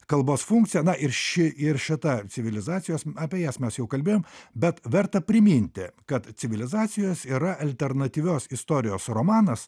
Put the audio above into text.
kalbos funkcija na ir ši ir šita civilizacijos apie jas mes jau kalbėjom bet verta priminti kad civilizacijos yra alternatyvios istorijos romanas